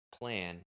plan